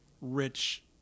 rich